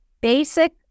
basic